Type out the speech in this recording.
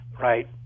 right